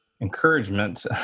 encouragement